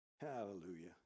Hallelujah